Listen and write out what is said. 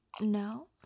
No